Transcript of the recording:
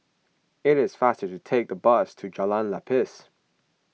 it is faster to take the bus to Jalan Lepas